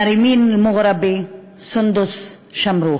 נארימאן אל-מוגרבי, סונדוס שמרוך,